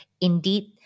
indeed